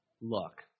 look